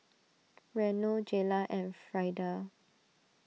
Reno Jayla and Frieda